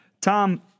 Tom